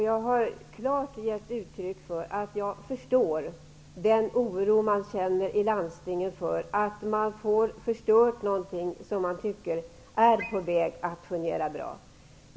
Jag har klart gett uttryck för att jag förstår den oro man känner i landstingen för att man får förstört någonting som man tycker är på väg att fungera bra.